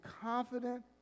confident